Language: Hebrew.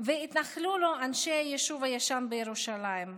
והתנכלו לו אנשי היישוב הישן בירושלים.